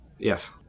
Yes